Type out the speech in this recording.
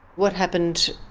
what happened,